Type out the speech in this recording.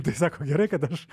tai sako gerai kad aš